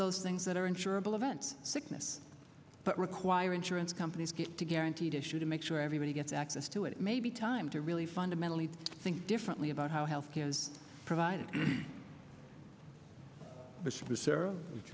those things that are insurable events sickness but require insurance companies get to guaranteed issue to make sure everybody gets access to it may be time to really fundamentally think differently about how health care is provided thi